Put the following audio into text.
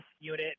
unit